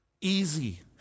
Easy